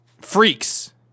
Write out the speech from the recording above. freaks